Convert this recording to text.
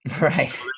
Right